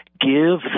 give